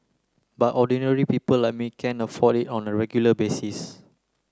but ordinary people like me can't afford it on a regular basis